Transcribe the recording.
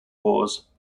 wars